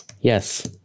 Yes